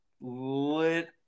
lit